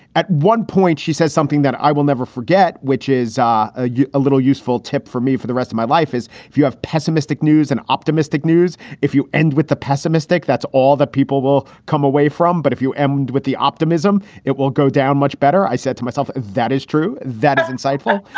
at one point, she says something that i will never forget, which is um ah a little useful tip for me for the of my life, is if you have pessimistic news and optimistic news, if you end with the pessimistic, that's all that people will come away from. but if you emond with the optimism, it will go down much better. i said to myself, if that is true, that is insightful.